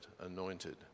anointed